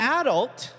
adult